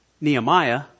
Nehemiah